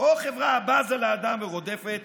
או חברה הבזה לאדם ורודפת